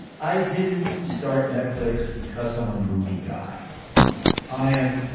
i didn't start netflix because i'm a movie guy i am.